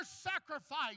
sacrifice